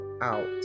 out